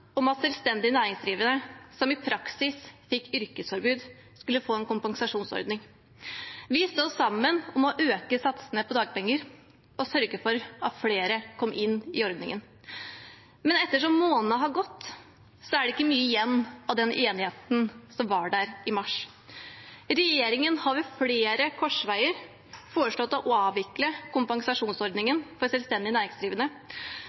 om at selvstendig næringsdrivende som i praksis fikk yrkesforbud, skulle få en kompensasjonsordning. Vi sto sammen om å øke satsene på dagpenger og sørge for at flere kom inn i ordningen. Men ettersom månedene har gått, er det ikke mye igjen av den enigheten som var der i mars. Regjeringen har ved flere korsveier foreslått å avvikle kompensasjonsordningen for selvstendig næringsdrivende,